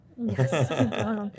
Yes